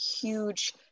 huge